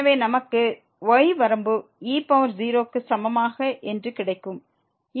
எனவே நமக்கு y வரம்பு e0 க்கு சமமாக கிடைக்கும் இங்கே இது 1